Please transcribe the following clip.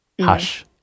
hush